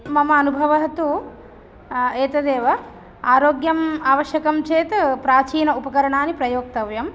मम अनुभवः तु एतदेव आरोग्यम् आवश्यकं चेत् प्राचीनम् उपकरणानि प्रयोक्तव्यम्